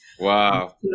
Wow